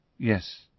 Yes